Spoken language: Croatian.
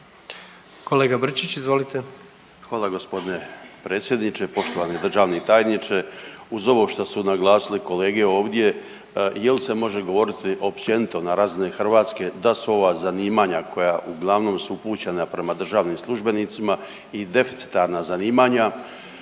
Kolega Brčić izvolite.